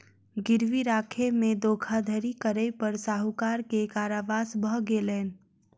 गिरवी राखय में धोखाधड़ी करै पर साहूकार के कारावास भ गेलैन